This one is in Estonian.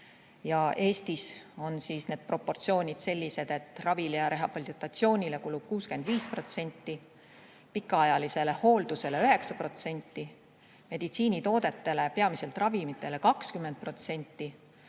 Eestis on need proportsioonid sellised, et ravile ja rehabilitatsioonile kulub 65%, pikaajalisele hooldusele 9%, meditsiinitoodetele, peamiselt ravimitele 20%.